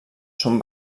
són